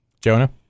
Jonah